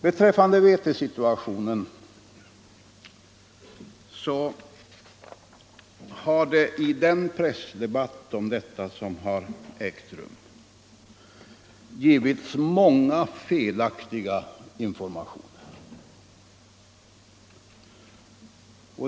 Om vetesituationen har det i den pressdebatt som förekommit givits många felaktiga informationer.